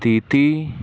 ਸਥਿਤੀ